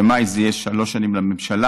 במאי זה יהיה שלוש שנים לממשלה,